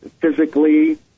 physically